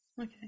Okay